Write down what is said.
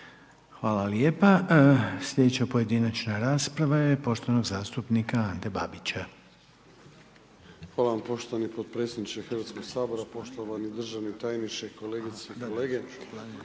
Hvala lijepa. Sljedeća pojedinačna rasprava je poštovanog zastupnika Ante Babića. **Babić, Ante (HDZ)** Hvala vam poštovani potpredsjedniče Hrvatskog sabora, poštovani državni tajniče, kolegice i kolega,